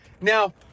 Now